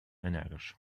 energisch